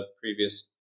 previous